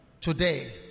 Today